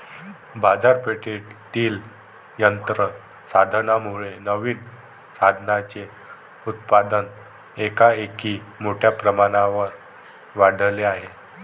बाजारपेठेतील यंत्र साधनांमुळे नवीन साधनांचे उत्पादन एकाएकी मोठ्या प्रमाणावर वाढले आहे